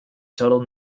total